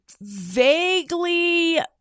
vaguely